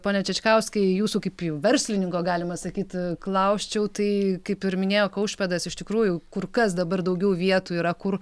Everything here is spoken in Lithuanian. pone čičkauskai jūsų kaip jau verslininko galima sakyt klausčiau tai kaip ir minėjo kaušpėdas iš tikrųjų kur kas dabar daugiau vietų yra kur